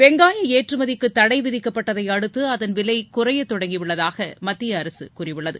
வெங்காய ஏற்றுமதிக்கு தடைவிதிக்கப்பட்டதை அடுத்து அதன் விலை குறையத் தொடங்கி உள்ளதாக மத்திய அரசு கூறியுள்ளது